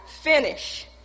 finish